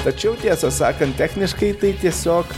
tačiau tiesą sakant techniškai tai tiesiog